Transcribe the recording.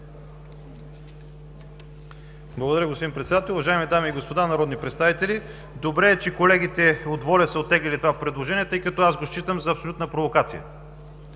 Благодаря, господин Председател. Уважаеми дами и господа народни представители, добре е, че колегите от „Воля“ са оттеглили това предложение, тъй като аз го считам за абсолютна провокация.